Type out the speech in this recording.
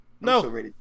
No